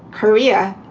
career.